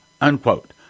Unquote